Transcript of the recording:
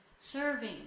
serving